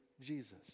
Jesus